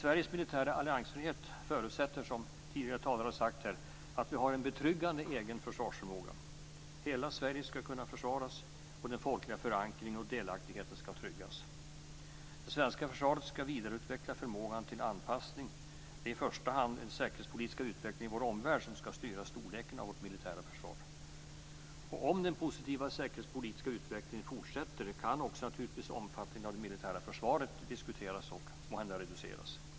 Sveriges militära alliansfrihet förutsätter, som tidigare talare sagt, att vi har en betryggande egen försvarsförmåga. Hela Sverige skall kunna försvaras och den folkliga förankringen och delaktigheten skall tryggas. Det svenska försvaret skall vidareutveckla förmågan till anpassning. Det är i första hand den säkerhetspolitiska utvecklingen i vår omvärld som skall styra storleken av vårt militära försvar. Om den positiva säkerhetspolitiska utvecklingen fortsätter kan naturligtvis omfattningen av det militära försvaret diskuteras och måhända reduceras.